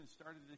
started